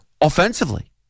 offensively